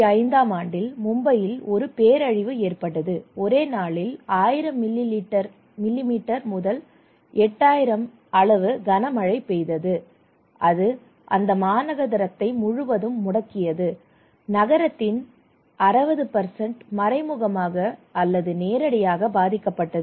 2005 ஆம் ஆண்டில் மும்பையில் ஒரு பேரழிவு ஏற்பட்டது ஒரே நாளில் 1000 மில்லிமீட்டர் 8000 அளவு கன மழை பெய்தது அது அந்த மாநகரத்தை முழுவதும் முடக்கியது நகரத்தின் 60 மறைமுகமாக அல்லது நேரடியாக பாதிக்கப்பட்டது